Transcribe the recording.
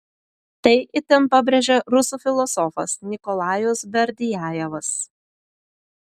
tai itin pabrėžė rusų filosofas nikolajus berdiajevas